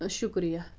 شُکرِیہ